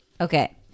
Okay